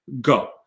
go